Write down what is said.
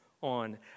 on